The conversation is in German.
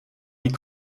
die